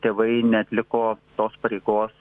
tėvai neatliko tos pareigos